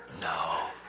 No